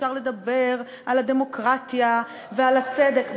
ואפשר לדבר על הדמוקרטיה ועל הצדק.